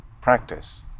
practice